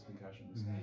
concussions